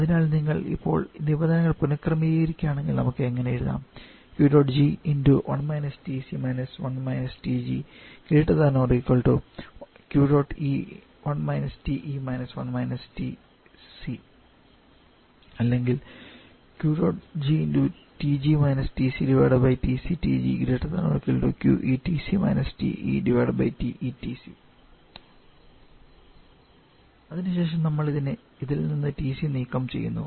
അതിനാൽ നിങ്ങൾ ഇപ്പോൾ നിബന്ധനകൾ പുനക്രമീകരിക്കുകയാണെങ്കിൽ നമുക്ക് എങ്ങനെ എഴുതാം അല്ലെങ്കിൽ അവസാനമായി നമ്മൾ ഇതിൽ നിന്ന് TC നീക്കം ചെയ്യുന്നു